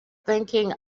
thinking